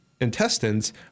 intestines